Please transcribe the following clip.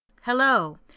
Hello